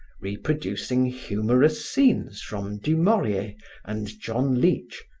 reproducing humorous scenes from du maurier and john leech,